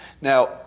Now